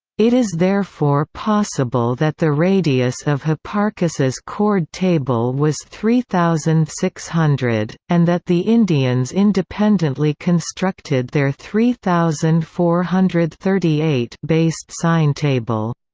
it is therefore possible that the radius of hipparchus's chord table was three thousand six hundred, and that the indians independently constructed their three thousand four hundred and thirty eight based sine table.